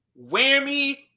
Whammy